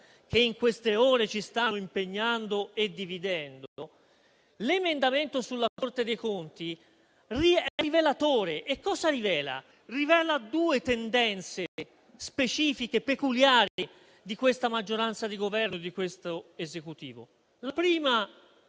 che nelle ultime ore ci stanno impegnando e dividendo, l'emendamento sulla Corte dei conti è rivelatore. Esso rivela due tendenze specifiche, peculiari della maggioranza di Governo e dell'Esecutivo. La prima